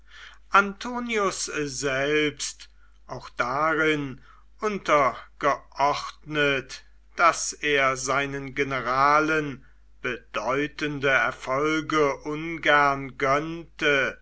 antonius selbst auch darin untergeordnet daß er seinen generalen bedeutende erfolge ungern gönnte